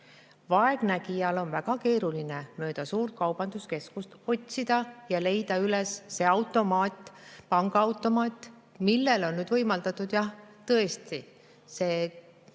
Vaegnägijal on väga keeruline mööda suurt kaubanduskeskust otsida ja leida üles see automaat, pangaautomaat, millel on nüüd võimaldatud, jah, tõesti, see kõrvaklappide